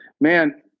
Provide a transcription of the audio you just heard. man